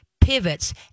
pivots